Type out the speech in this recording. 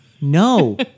No